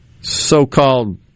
so-called